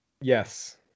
Yes